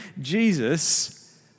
Jesus